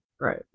Right